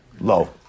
Low